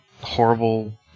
horrible